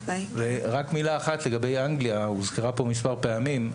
ורק מילה אחת לגבי אנגליה, הוזכרה פה מספר פעמים.